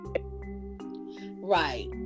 right